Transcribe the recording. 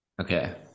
Okay